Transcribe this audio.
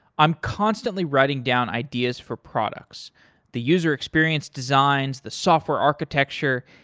i'm constantly writing down ideas for products the user experience designs, the software architecture,